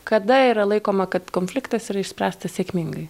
kada yra laikoma kad konfliktas yra išspręstas sėkmingai